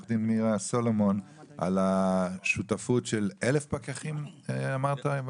עורכת דין מירה סלומון על השותפות של אלף פקחים אמרת?